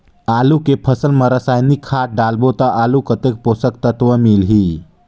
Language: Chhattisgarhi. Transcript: आलू के फसल मा रसायनिक खाद डालबो ता आलू कतेक पोषक तत्व मिलही?